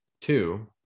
Two